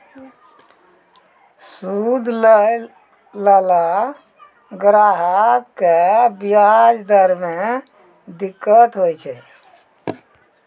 सूद लैय लाला ग्राहक क व्याज दर म दिक्कत होय छै